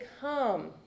come